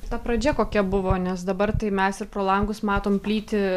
ta pradžia kokia buvo nes dabar tai mes ir pro langus matom plyti